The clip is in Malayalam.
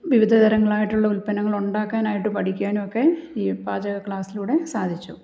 വിവിധതരങ്ങളായിട്ടുള്ള ഉത്പന്നങ്ങളൊണ്ടാക്കാനായിട്ട് പഠിക്കാനൊക്കെ ഈ പാചക ക്ലാസ്സിലൂടെ സാധിച്ചു